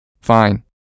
Fine